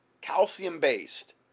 calcium-based